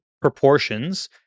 proportions